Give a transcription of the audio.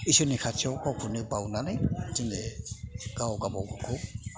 इसोरनि खाथियाव गावखौनो बावनानै जोङो गाव गावबागावखौ